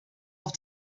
auf